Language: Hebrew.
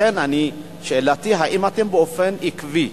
לכן שאלתי: האם אתם, באופן עקבי,